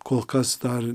kol kas dar